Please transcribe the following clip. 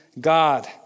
God